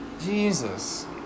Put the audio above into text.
Jesus